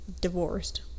divorced